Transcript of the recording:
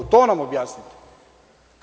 To nam objasnite.